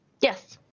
Yes